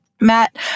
Matt